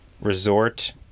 resort